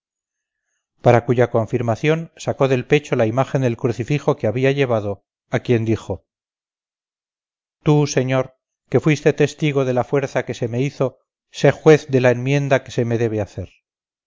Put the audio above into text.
para cuya confirmación sacó del pecho la imagen del crucifijo que había llevado a quien dijo tú señor que fuiste testigo de la fuerza que se me hizo sé juez de la enmienda que se me debe hacer